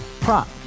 prop